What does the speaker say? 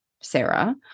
Sarah